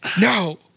No